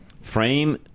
frame